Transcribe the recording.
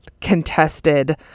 contested